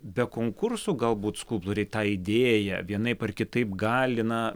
be konkursų galbūt skulptoriai tą idėją vienaip ar kitaip gali na